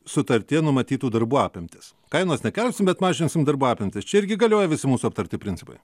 sutartyje numatytų darbų apimtis kainos nekelsim bet mažinsim darbų apimtis čia irgi galioja visi mūsų aptarti principai